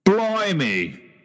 Blimey